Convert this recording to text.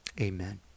amen